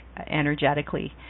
energetically